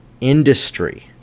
industry